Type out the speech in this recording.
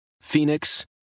Phoenix